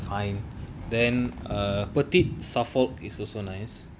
fine then err petite suffolk is also nice